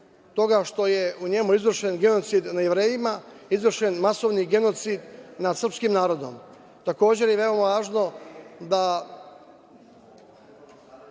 toga što je u njemu izvršen genocid nad Jevrejima, izvršen genocid nad srpskim narodom. Takođe je veoma važno da